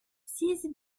six